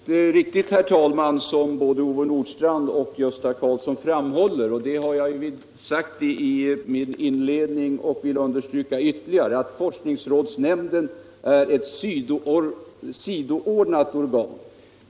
Herr talman! Det är helt riktigt som både Ove Nordstrandh och Gösta Karlsson framhåller. Jag har sagt i min inledning och jag vill understryka ytterligare att forskningsrådsnämnden är ett sidoordnat organ.